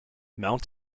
mount